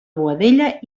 boadella